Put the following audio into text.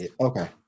Okay